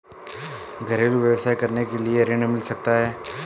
घरेलू व्यवसाय करने के लिए ऋण मिल सकता है?